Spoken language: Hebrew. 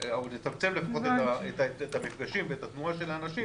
לצמצם לפחות את המפגשים ואת התנועה של האנשים